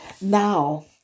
Now